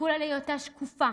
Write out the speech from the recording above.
תסכול על היותה שקופה